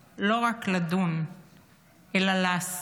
לא רק לדון אלא לעשות.